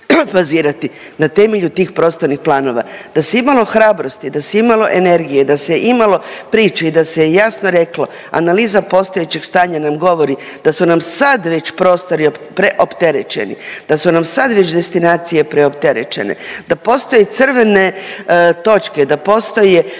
Na temelju tih prostornih planova. Da se imalo hrabrosti, da se imalo energije, da se imalo priče i da se jasno reklo, analiza postojećeg stanja nam govori da su nam sad već prostori preopterećeni, da su nam sad već destinacije preopterećene, da postoje crvene točke, da postoje